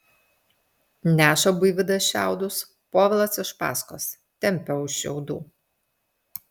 neša buivydas šiaudus povilas iš paskos tempia už šiaudų